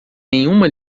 nenhuma